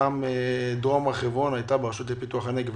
פעם דרום הר חברון היה ברשות לפיתוח הנגב,